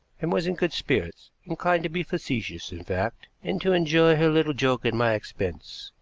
and was in good spirits inclined to be facetious, in fact, and to enjoy her little joke at my expense.